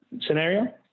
scenario